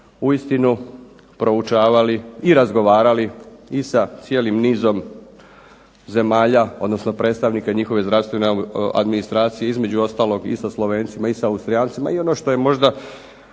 uistinu proučavali i razgovarali i sa cijelim nizom zemalja, odnosno predstavnika njihove zdravstvene administracije, između ostalog i sa Slovencima i s Austrijancima i ono što je možda